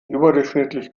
überdurchschnittlich